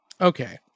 Okay